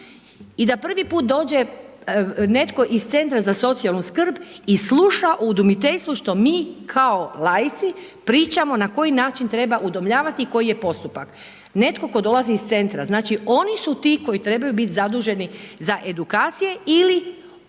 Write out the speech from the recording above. i da prvi put dođe, netko iz centra za socijalnu skrb i sluša o udomiteljstvu što mi kao laici, pričamo na koji način treba udomljavati i koji je postupak. Netko tko dolazi iz centra, znači oni su ti koji trebaju biti zaduženi za edukacije ili